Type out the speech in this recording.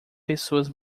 pessoas